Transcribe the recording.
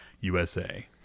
usa